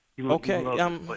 Okay